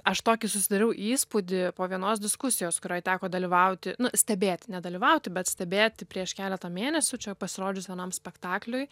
aš tokį susidariau įspūdį po vienos diskusijos kurioj teko dalyvauti stebėti ne dalyvauti bet stebėti prieš keletą mėnesių čia pasirodžius vienam spektakliui